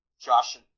Josh